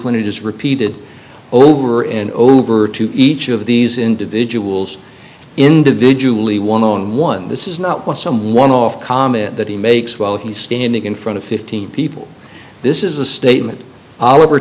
when it is repeated over and over to each of these individuals individually one on one this is not what someone off comment that he makes while he's standing in front of fifteen people this is a statement oliver